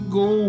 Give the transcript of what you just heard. go